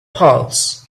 pals